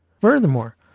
Furthermore